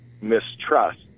mistrust